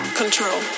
control